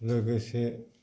लोगोसे